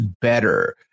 better